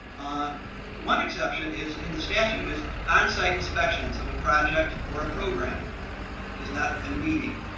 one exception is in the statute is on-site inspections of a project or a program is not a meeting